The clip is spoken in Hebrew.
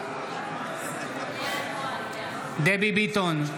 אינה נוכחת מיכאל מרדכי ביטון,